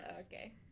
okay